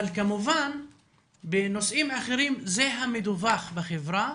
כמובן בנושאים אחרים זה המדווח בחברה,